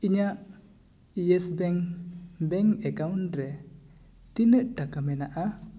ᱤᱧᱟᱹᱜ Yes bank bank account ᱨᱮ ᱛᱤᱱᱟᱹᱜ ᱴᱟᱠᱟ ᱢᱮᱱᱟᱜᱼᱟ